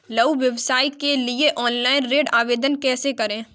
लघु व्यवसाय के लिए ऑनलाइन ऋण आवेदन कैसे करें?